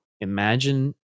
imagine